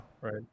Right